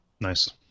Nice